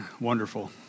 wonderful